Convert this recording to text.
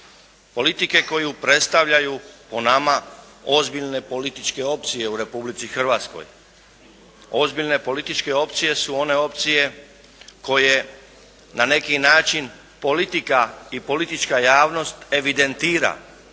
politike koju predstavljaju po nama ozbiljne političke opcije u Republici Hrvatskoj. Ozbiljne političke opcije su one opcije koje na neki način politika i politička javnost evidentira.